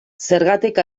zergatik